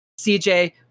CJ